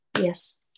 yes